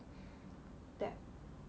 that